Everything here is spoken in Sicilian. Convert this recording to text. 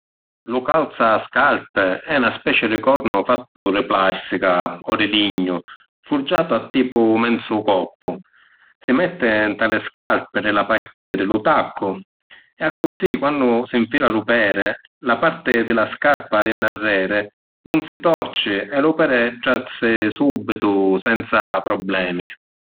Lu “calzascarpi” è na specie di cornu fattu di plastica o di lignu furgiatu a tipu menzu coppu. Si metti nta li scarpi di la parti di lu taccu e accussì quannu s’infila lu pedi la parti di la scarpa di ‘n narreri nun si torci e lu pedi trasi subitu senza problemi.